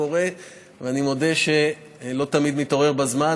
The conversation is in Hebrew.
אני מודה שאני לא תמיד מתעורר בזמן,